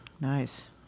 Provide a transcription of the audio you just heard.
nice